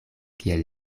kiel